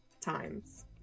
times